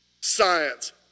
science